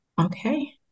Okay